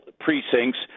precincts